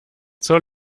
zur